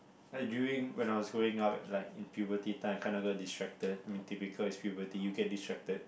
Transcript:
like during when I was growing up like in puberty time I kinda got distracted i mean typical is puberty you get distracted